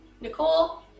Nicole